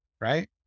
Right